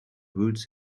woods